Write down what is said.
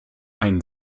einen